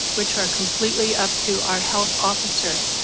which are completely up to our health officer,